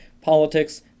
politics